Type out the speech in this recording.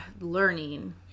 learning